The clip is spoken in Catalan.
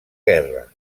guerra